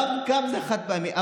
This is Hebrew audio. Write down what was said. רב-קו זה חד-פעמי.